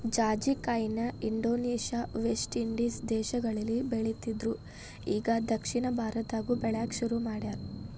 ಜಾಜಿಕಾಯಿನ Indonesia, West Indies ದೇಶಗಳಲ್ಲಿ ಬೆಳಿತ್ತಿದ್ರು ಇಗಾ ದಕ್ಷಿಣ ಭಾರತದಾಗು ಬೆಳ್ಯಾಕ ಸುರು ಮಾಡ್ಯಾರ